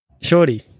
Shorty